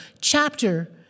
chapter